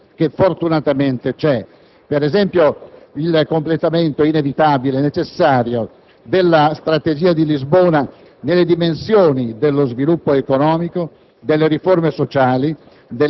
indicative di una evoluzione che fortunatamente c'è: per esempio, il completamento inevitabile, necessario della Strategia di Lisbona nelle dimensioni dello sviluppo economico,